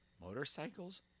motorcycles